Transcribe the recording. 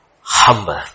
humble